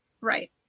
Right